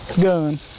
Gun